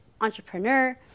entrepreneur